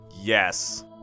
Yes